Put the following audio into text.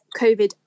COVID